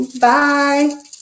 Bye